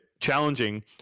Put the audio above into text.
challenging